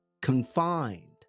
confined